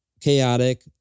chaotic